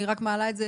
אני רק מעלה את זה